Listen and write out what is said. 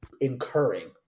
incurring